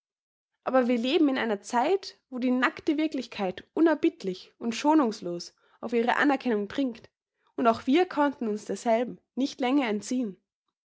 aber wir leben in einer zeit wo die nackte wirklichkeit unerbittlich und schonungslos auf ihre anerkennung dringt und auch wir konnten uns derselben nicht länger entziehen